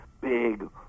big